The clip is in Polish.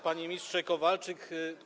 Panie Ministrze Kowalczyk!